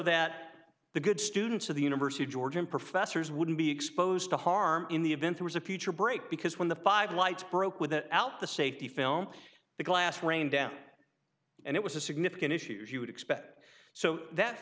that the good students of the university of georgia and professors wouldn't be exposed to harm in the event there was a future break because when the five lights broke with out the safety film the glass rained down and it was a significant issues you would expect so that